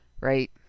Right